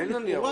אין לו ניירות.